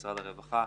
משרד הרווחה,